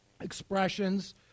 expressions